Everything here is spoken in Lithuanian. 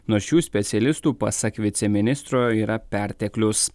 nuo šių specialistų pasak viceministro yra perteklius